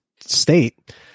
state